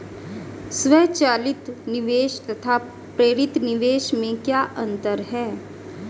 स्वचालित निवेश तथा प्रेरित निवेश में क्या अंतर है?